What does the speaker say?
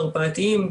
מרפאתיים,